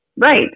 Right